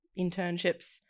internships